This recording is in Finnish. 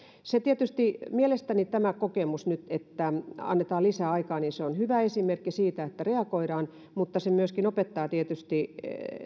ollut hyvin pirstaleista mielestäni tämä kokemus nyt että annetaan lisäaikaa on hyvä esimerkki siitä että reagoidaan mutta se myöskin opettaa tietysti